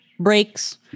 Breaks